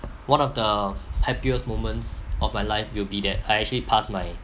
one of the happiest moments of my life will be that I actually pass my